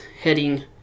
heading